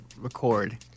record